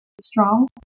strong